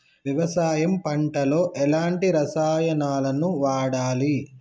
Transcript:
వ్యవసాయం పంట లో ఎలాంటి రసాయనాలను వాడాలి?